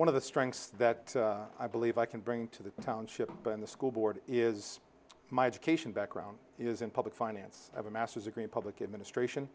one of the strengths that i believe i can bring to the township and the school board is my education background is in public finance have a masters degree in public administration